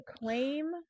claim